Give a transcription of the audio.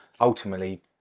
Ultimately